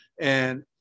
And-